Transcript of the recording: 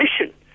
mission